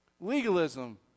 legalism